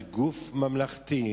זה גוף ממלכתי,